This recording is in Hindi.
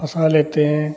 फँसा लेते हैं